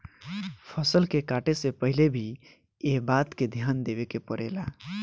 फसल के काटे से पहिले भी एह बात के ध्यान देवे के पड़ेला